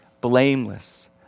blameless